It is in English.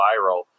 viral